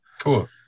Cool